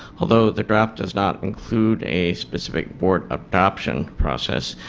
although the draft does not include a specific board adoption process,